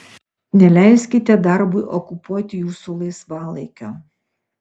neleiskite darbui okupuoti jūsų laisvalaikio